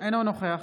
אינו נוכח